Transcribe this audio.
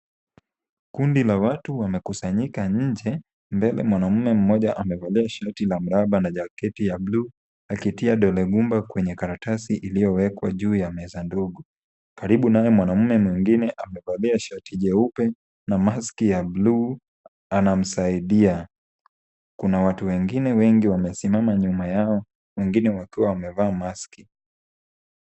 Kundi la watu wamekusanyika nje, mbele mwanaume mmoja amevalia shati la mraba na jaketi ya bluu akitia dole gumba kwenye karatasi iliyowekwa juu ya meza ndogo. Karibu naye mwanaume mwingine amevalia shati jeupe na maski ya bluu anamsaidia. Kuna watu wengine wengi wamesimama nyuma yao wengine wakiwa wamevaa maski .